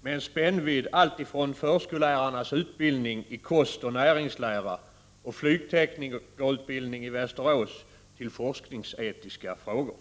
med en spännvidd alltifrån förskollärarnas utbildning i kostoch näringslära och flygteknikerutbildning i Västerås till forskningsetiska frågor.